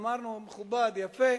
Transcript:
אמרנו: מכובד, יפה,